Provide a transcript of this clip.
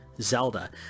Zelda